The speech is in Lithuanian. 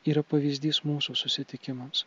yra pavyzdys mūsų susitikimams